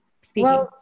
speaking